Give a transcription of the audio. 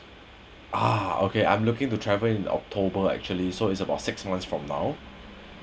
ah okay I'm looking to travel in october actually so is about six months from now